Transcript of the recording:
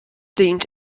deemed